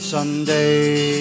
Sunday